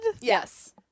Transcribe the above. Yes